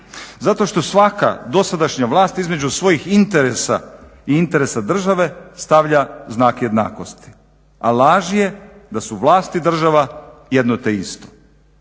Zato što svaka dosadašnja vlast između svojih interesa i interesa države stavlja znak jednakosti, a laž je da su vlast i država jedno te isto.